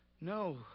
No